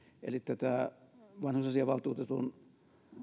eli tätä vanhusasiavaltuutetun